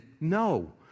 No